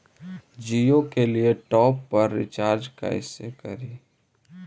जियो के लिए top up recharge कैसे करी?